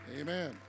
Amen